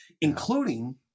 including